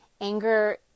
Anger